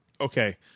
Okay